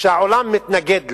כשהעולם מתנגד לה?